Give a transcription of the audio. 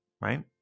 right